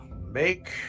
make